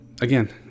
again